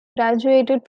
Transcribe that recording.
graduated